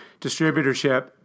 Distributorship